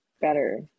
better